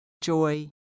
joy